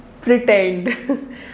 pretend